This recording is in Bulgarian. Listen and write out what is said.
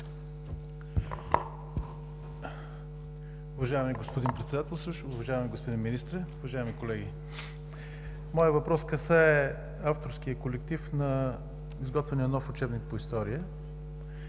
Уважаеми господин Председателстващ, уважаеми господин Министре, уважаеми колеги! Моят въпрос касае авторския колектив на изготвения нов учебник по история.